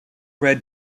red